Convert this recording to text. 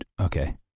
Okay